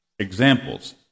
Examples